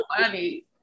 funny